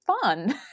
fun